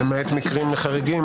למעט מקרים חריגים,